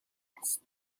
است